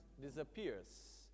disappears